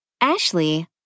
Ashley